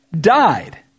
died